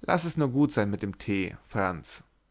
laß es nur gut sein mit dem tee franz